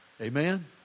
Amen